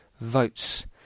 votes